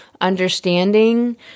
understanding